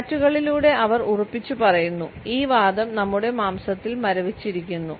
ടാറ്റൂകളിലൂടെ അവർ ഉറപ്പിച്ചുപറയുന്നു ഈ വാദം നമ്മുടെ മാംസത്തിൽ മരവിച്ചിരിക്കുന്നു